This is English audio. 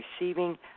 receiving